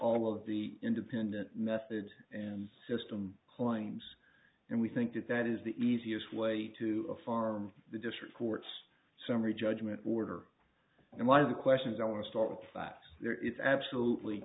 all of the independent method and system claims and we think that that is the easiest way to farm the district court's summary judgment order and one of the questions i want to start with the fact there is absolutely